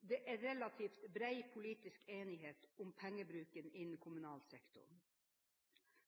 Det er relativt bred politisk enighet om pengebruken innen kommunal sektor.